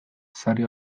sare